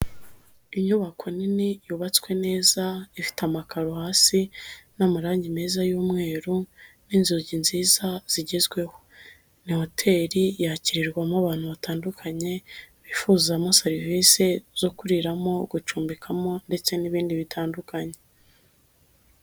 Inyubako nini yubatswe neza ifite amakaro hasi n'amarangi meza y'umweru n'inzugi nziza zigezweho, ni hoteli yakirirwamo abantu batandukanye, bifuzamo serivisi zo kuriramo, gucumbikamo ndetse n'ibindi bitandukanye.